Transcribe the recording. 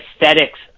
aesthetics